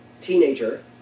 teenager